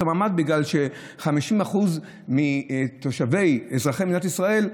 המעמד בגלל ש-50% מתושבי אזרחי מדינת ישראל,